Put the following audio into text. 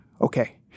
okay